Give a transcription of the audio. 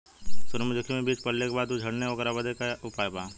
सुरजमुखी मे बीज पड़ले के बाद ऊ झंडेन ओकरा बदे का उपाय बा?